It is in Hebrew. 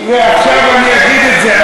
ועכשיו אני אגיד את זה,